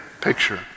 picture